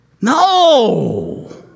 No